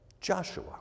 Joshua